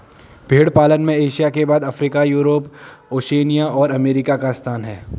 भेंड़ पालन में एशिया के बाद अफ्रीका, यूरोप, ओशिनिया और अमेरिका का स्थान है